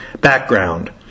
Background